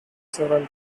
several